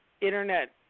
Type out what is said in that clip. Internet